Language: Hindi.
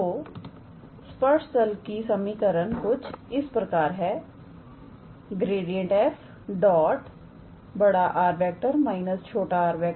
तोस्पर्श तल का समीकरण कुछ इस प्रकार है 𝑔𝑟𝑎𝑑𝑓 𝑅⃗ − 𝑟⃗ 0